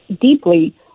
deeply